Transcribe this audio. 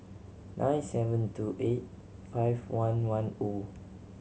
nine seven two eight five one one O